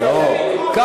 המרכז, שתי חתונות היו לי.